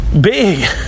big